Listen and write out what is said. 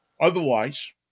otherwise